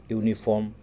uniform